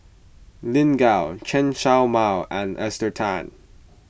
Lin Gao Chen Show Mao and Esther Tan